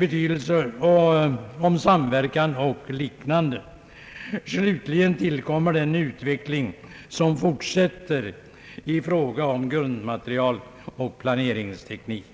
beträffande samverkan och liknande. Slutligen tillkommer den utveckling som fortsätter i fråga om grundmaterial och planeringsteknik.